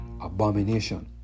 abomination